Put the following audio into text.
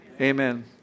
Amen